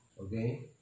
okay